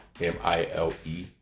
M-I-L-E